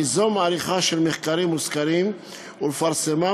ליזום עריכה של מחקרים וסקרים ולפרסמם